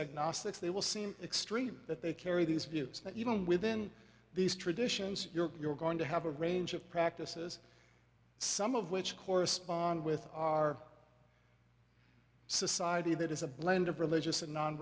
agnostics they will seem extreme that they carry these views that even within these traditions you're going to have a range of practices some of which correspond with our society that is a blend of religious and non